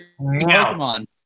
Pokemon